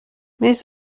mais